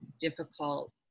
difficult